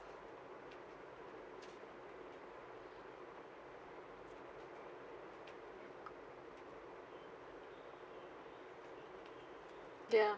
ya